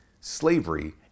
slavery